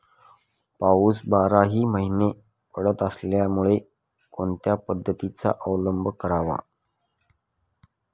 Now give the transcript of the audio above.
पाऊस बाराही महिने पडत असल्यामुळे कोणत्या पद्धतीचा अवलंब करावा?